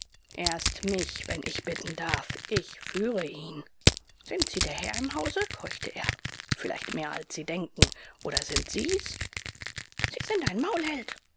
erst mich wenn ich bitten darf ich führe ihn sind sie der herr im hause keuchte er vielleicht mehr als sie denken oder sind sie's sie sind ein